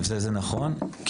זה נכון,